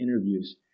interviews